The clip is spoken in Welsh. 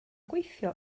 gweithio